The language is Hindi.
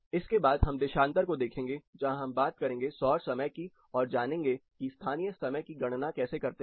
इसके बाद हम देशांतर को देखेंगे जहां हम बात करेंगे सौर समय की और जानेंगे कि स्थानीय समय की गणना कैसे करते हैं